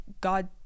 God –